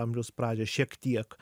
amžiaus pradžią šiek tiek